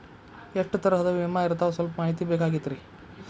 ಎಷ್ಟ ತರಹದ ವಿಮಾ ಇರ್ತಾವ ಸಲ್ಪ ಮಾಹಿತಿ ಬೇಕಾಗಿತ್ರಿ